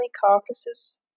carcasses